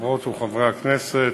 חברות וחברי הכנסת,